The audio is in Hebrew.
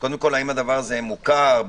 האם הדבר הזה מוכר?